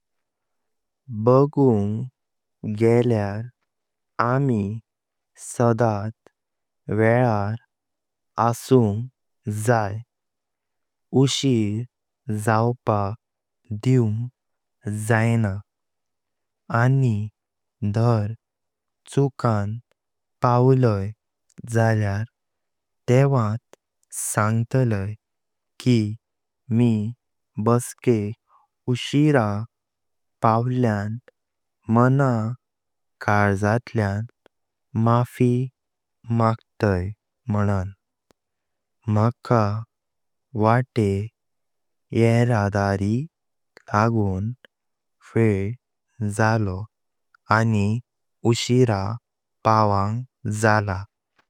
बागुंग गेल्यार आम्ही सदा वेळार आसुंग जाय, उशीर जावपाक दीवंग जाईना। आणि धर चुकान पावलाई जल्या तेवट सांगतलाई की मी बसकेक उरशीरा पावल्याण मन कालजातल्याण माफी मागतांय मनांण। म्हाका वाटेक येरदारि लागों वेळ जलो आणि उशीर पावांग जलो।